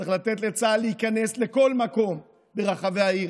צריך לתת לצה"ל להיכנס לכל מקום ברחבי העיר.